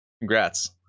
Congrats